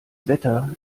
wetter